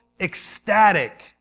ecstatic